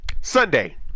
Sunday